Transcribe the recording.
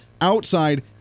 outside